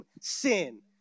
sin